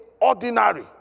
ordinary